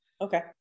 Okay